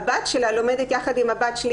הבת שלה לומדת יחד עם הבת שלי,